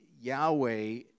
Yahweh